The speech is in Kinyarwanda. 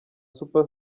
super